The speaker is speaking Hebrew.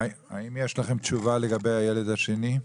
האם יש לכם תשובה לגבי הילד השני?